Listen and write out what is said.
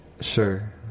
Sure